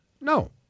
no